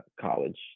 college